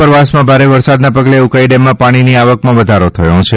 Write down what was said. ઉપરવાસમાં ભારે વરસાદના પગલે ઉકાઈ ડેમમાં પાણીની આવકમાં વધારો થઈ રહ્યો છે